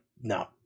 no